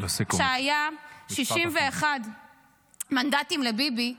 כשהיו 61 מנדטים לביבי,